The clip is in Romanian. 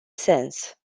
sens